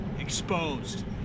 exposed